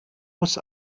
muss